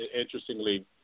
interestingly